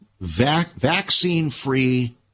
vaccine-free